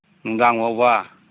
ꯅꯨꯡꯗꯥꯡꯕꯥꯎꯕ